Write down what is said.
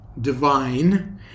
divine